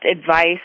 advice